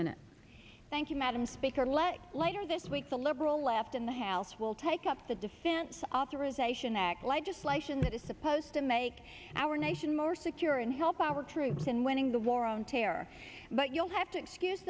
minute thank you madam speaker let later this week the liberal left in the house will take up the defense authorization act like just like that is supposed to make our nation more secure and help our troops in winning the war on terror but you'll have to excuse